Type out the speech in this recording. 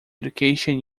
education